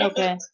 Okay